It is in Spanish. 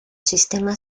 sistema